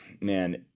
man